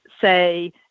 say